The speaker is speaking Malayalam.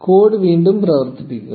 കോഡ് വീണ്ടും പ്രവർത്തിപ്പിക്കുക